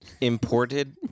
imported